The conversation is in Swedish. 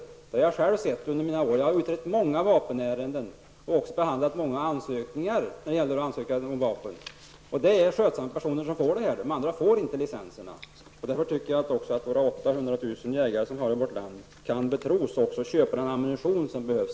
Det har jag själv sett under mina år. Jag har utrett många vapenärenden och behandlat många ansökningar om vapen. Det är skötsamma personer som får detta, de andra får inte licenser. Därför tycker jag också att de 800 000 jägare vi har i vårt land kan betros också med att köpa den ammunition som behövs.